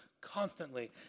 constantly